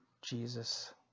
Jesus